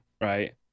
right